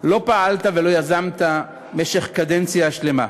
לא פעלת ולא יזמת במשך קדנציה שלמה.